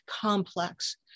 complex